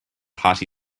hearty